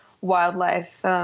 wildlife